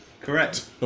Correct